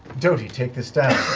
doty, take this down.